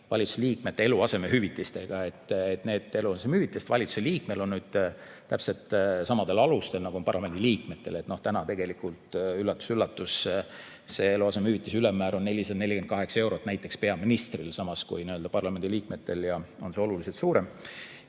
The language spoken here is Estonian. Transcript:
valitsuse liikmete eluasemehüvitistega. Need eluasemehüvitised on valitsuse liikmetel nüüd täpselt samadel alustel, nagu on parlamendi liikmetel. Täna tegelikult, üllatus-üllatus, on see eluasemehüvitise ülemmäär 448 eurot, näiteks peaministril, samas kui parlamendi liikmetel on see oluliselt suurem.